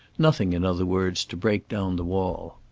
nothing, in other words, to break down the wall.